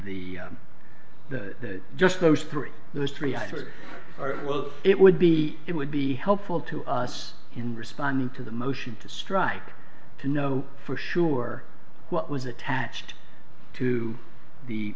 the the just those three those three hundred well it would be it would be helpful to us in responding to the motion to strike to know for sure what was attached to the